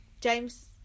James